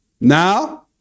Now